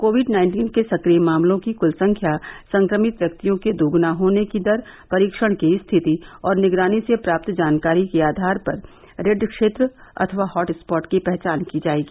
Covid nineteen के सक्रिय मामलों की कृत संख्या संक्रमित व्यक्तियों के दोग्ना होने की दर परीक्षण की स्थिति और निगरानी से प्राप्त जानकारी के आधार पर रेड क्षेत्र अथवा हॉटस् पहचान की जाएगी